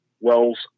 Wells